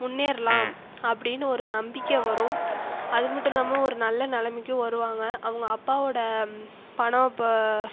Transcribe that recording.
முன்னேறலாம் அப்படின்னு ஒரு நம்பிக்கை வரும் அது மட்டும் இல்லாமல் ஒரு நல்ல நிலைமைக்கும் வருவாங்க அவங்கள் அப்பாவோடய பணம்